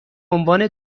عنوان